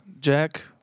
Jack